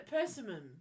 persimmon